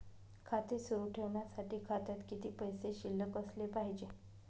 खाते सुरु ठेवण्यासाठी खात्यात किती पैसे शिल्लक असले पाहिजे?